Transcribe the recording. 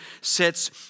sits